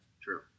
True